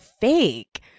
fake